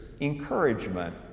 Encouragement